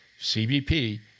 CBP